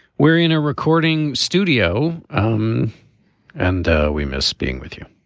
we're in a recording studio um and ah we miss being with you